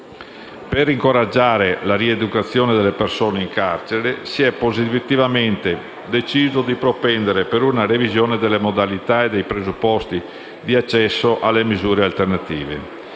Per incoraggiare la rieducazione delle persone in carcere si è positivamente deciso di propendere per una revisione delle modalità e dei presupposti di accesso alle misure alternative.